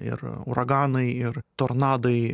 ir uraganai ir tornadai